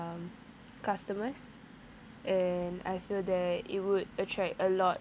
um customers and I feel that it would attract a lot